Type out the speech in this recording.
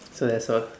so that's all